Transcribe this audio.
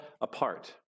apart